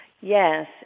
Yes